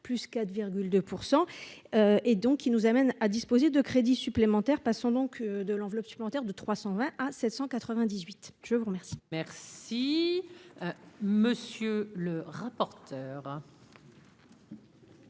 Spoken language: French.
plus 4,2 % et donc qui nous amène à disposer de crédits supplémentaires passant donc de l'enveloppe supplémentaire de 320 à 798 je vous remercie. Merci, monsieur le rapporteur.